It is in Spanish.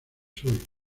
hoy